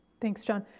thanks john.